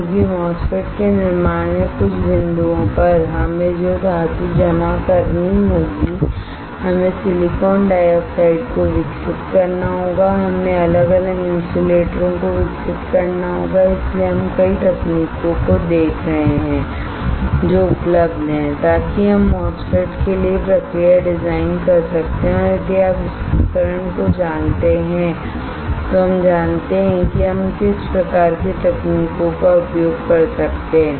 क्योंकि MOSFET के निर्माण में कुछ बिंदुओं पर हमें जो धातु जमा करनी होगी हमें सिलिकॉन डाइऑक्साइड को विकसित करना होगा हमें अलग अलग इंसुलेटरों को विकसित करना होगा और इसीलिए हम कई तकनीकों को देख रहे हैं जो उपलब्ध हैं ताकि हम MOSFET के लिए प्रक्रिया डिजाइन कर सकते हैं और यदि आप इस उपकरण को जानते हैं तो हम जानते हैं कि हम किस प्रकार के तकनीकों का उपयोग कर सकते हैं